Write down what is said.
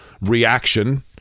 reaction